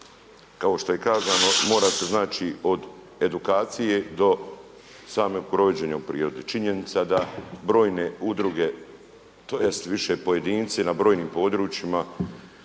kao što je kazano mora se znači od edukacije do samog provođenja u prirodi. Činjenica da brojne udruge, tj. više pojedinci na brojnim područjima